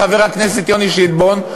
חבר הכנסת יוני שטבון,